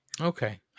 Okay